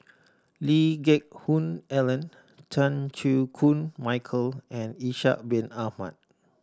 Lee Geck Hoon Ellen Chan Chew Koon Michael and Ishak Bin Ahmad